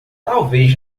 talvez